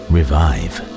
Revive